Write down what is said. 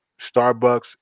Starbucks